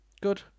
Good